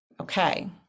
Okay